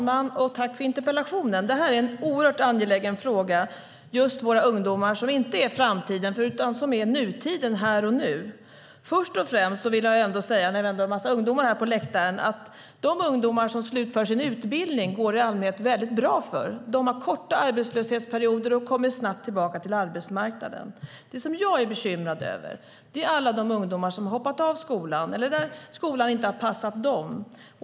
Fru talman! Tack för interpellationen! Det är en oerhört angelägen fråga. Det handlar om våra ungdomar som inte är framtiden utan nutiden här och nu. När vi nu har en massa ungdomar här på läktaren vill jag säga att de ungdomar som slutför sin utbildning går det i allmänhet väldigt bra för. De har korta arbetslöshetsperioder och kommer snabbt tillbaka till arbetsmarknaden. Det som jag är bekymrad över är alla de ungdomar som har hoppat av skolan eller där skolan inte har passat dem.